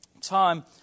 time